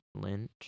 Lynch